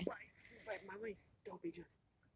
六百七百 my one is twelve pages